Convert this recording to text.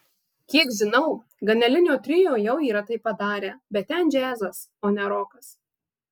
kiek žinau ganelino trio jau tai yra padarę bet ten džiazas o ne rokas